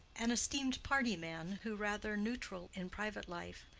an esteemed party man who, rather neutral in private life,